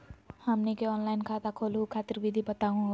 हमनी के ऑनलाइन खाता खोलहु खातिर विधि बताहु हो?